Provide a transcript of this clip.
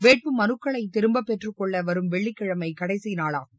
வேட்புமனுக்களை திரும்பப் பெற்றுக்கொள்ள வரும் வெள்ளிக்கிழமை கடைசி நாளாகும்